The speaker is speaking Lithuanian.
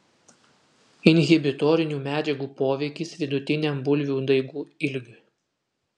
inhibitorinių medžiagų poveikis vidutiniam bulvių daigų ilgiui